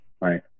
right